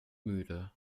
müde